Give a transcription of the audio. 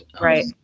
Right